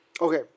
Okay